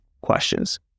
questions